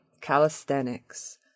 calisthenics